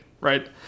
Right